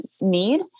need